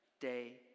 day